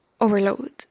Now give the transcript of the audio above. overload